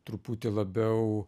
truputį labiau